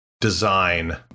design